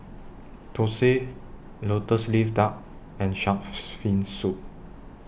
Thosai Lotus Leaf Duck and Shark's Fin Soup